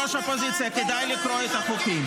לא מתאים לך להיות פשיסט כזה.